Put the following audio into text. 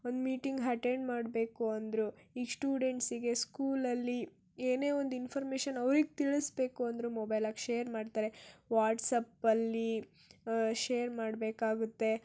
ಒಂದು meeting attend ಮಾಡಬೇಕು ಅಂದ್ರೂ ಈ ಸ್ಟುಡೆಂಟ್ಸಿಗೆ ಸ್ಕೂಲಲ್ಲಿ ಏನೇ ಒಂದು ಇನ್ಫಾರ್ಮೇಶನ್ ಅವ್ರಿಗೆ ತಿಳಿಸ್ಬೇಕು ಅಂದ್ರೂ ಮೊಬೈಲ್ಗೆ ಶೇರ್ ಮಾಡ್ತಾರೆ ವಾಟ್ಸಪ್ಪಲ್ಲಿ ಶೇರ್ ಮಾಡಬೇಕಾಗತ್ತೆ